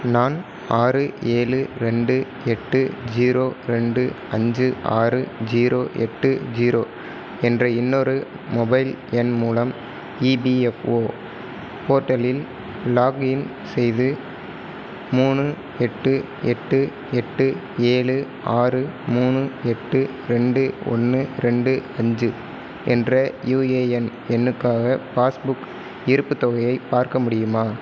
நான் ஆறு ஏழு ரெண்டு எட்டு ஜீரோ ரெண்டு அஞ்சு ஆறு ஜீரோ எட்டு ஜீரோ என்ற இன்னொரு மொபைல் எண் மூலம் இபிஎஃப்ஒ போர்ட்டலில் லாக்இன் செய்து மூணு எட்டு எட்டு எட்டு ஏழு ஆறு மூணு எட்டு ரெண்டு ஒன்று ரெண்டு அஞ்சு என்ற யுஏஎன் எண்ணுக்காக பாஸ் புக் இருப்புத் தொகையை பார்க்க முடியுமா